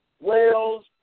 whales